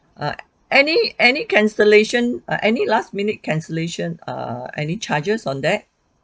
err any any cancellation err any last minute cancellation err any charges on that